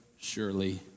surely